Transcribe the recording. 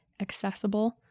accessible